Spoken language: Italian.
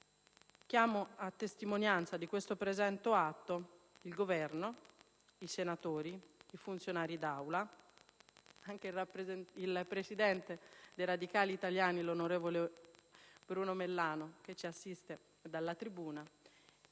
Chiamo a testimonianza di questo presente atto il Governo, i senatori, i funzionari d'Aula e anche il presidente dei Radicali italiani, onorevole Bruno Mellano, che ci assiste dalla tribuna.